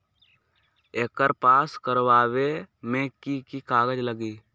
एकर पास करवावे मे की की कागज लगी?